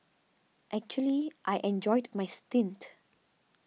actually I enjoyed my stint